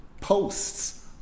posts